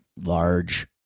Large